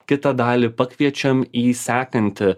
kitą dalį pakviečiam į sekantį